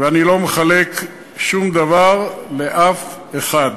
ואני לא מחלק שום דבר לאף אחד.